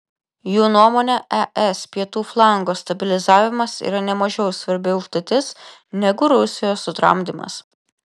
jų nuomone es pietų flango stabilizavimas yra nemažiau svarbi užduotis negu rusijos sutramdymas